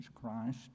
christ